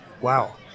Wow